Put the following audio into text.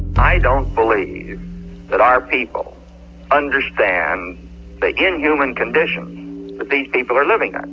i don't believe that our people understand the inhuman conditions that these people are living under.